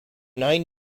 nine